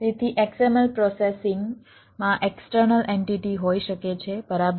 તેથી XML પ્રોસેસિંગમાં external entity હોઈ શકે છે બરાબર